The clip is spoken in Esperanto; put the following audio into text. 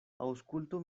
aŭskultu